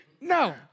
No